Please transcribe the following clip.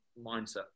mindset